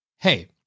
Hey